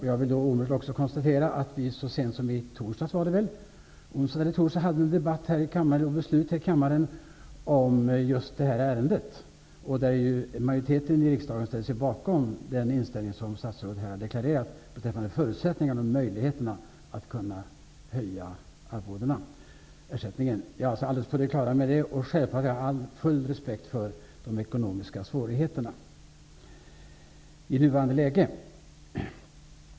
Jag vill omedelbart konstatera att vi så sent som i torsdags hade en debatt i kammaren och fattade beslut om just det här ärendet, där majoriteten i riksdagen ställde sig bakom den inställning som statsrådet här har deklarerat beträffande förutsättningarna och möjligheterna att höja arvodena. Jag är alltså helt på det klara med det. Självfallet har jag full respekt för de ekonomiska svårigheterna i nuvarande läge.